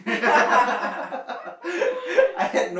I had no